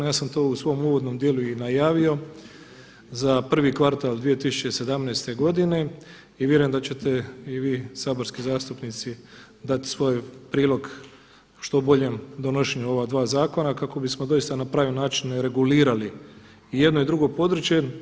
Ja sam to i u svom uvodnom dijelu i najavio za prvi kvartal 2017. godine i vjerujem da ćete i vi saborski zastupnici dati svoj prilog što boljem donošenju ova dva zakona kako bismo doista na prave načine regulirali i jedno i drugo područje.